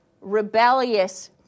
rebellious